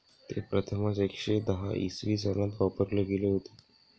ते प्रथमच एकशे दहा इसवी सनात वापरले गेले होते